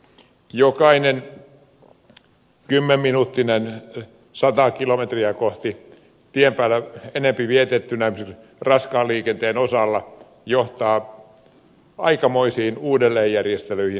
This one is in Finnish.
jokainen kymmenminuuttinen enempi sataa kilometriä kohti tien päällä vietettynä raskaan liikenteen osalta johtaa aikamoisiin uudelleenjärjestelyihin